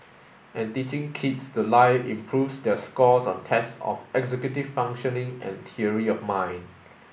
and teaching kids to lie improves their scores on tests of executive functioning and theory of mind